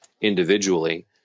individually